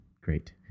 great